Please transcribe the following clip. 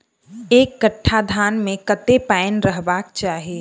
एक कट्ठा धान मे कत्ते पानि रहबाक चाहि?